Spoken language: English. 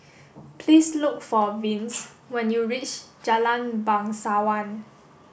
please look for Vince when you reach Jalan Bangsawan